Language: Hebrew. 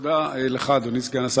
תודה לך, אדוני סגן השר.